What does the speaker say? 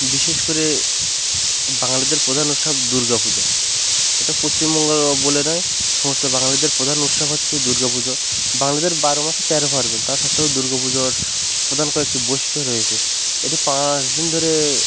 বিশেষ করে বাঙালিদের প্রধান উৎসব দুর্গাপূজা এটা পশ্চিমবঙ্গ বলে নয় সমস্ত বাঙালিদের প্রধান উৎসব হচ্ছে দুর্গাপুজো বাঙালিদের বারো মাসে তেরো পার্বেন তা সত্ত্বেও দুর্গাপুজোর প্রধান কয়েকটি বৈশিষ্ট রয়েছে এটি পাঁচ দিন ধরে